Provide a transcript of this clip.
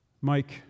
Mike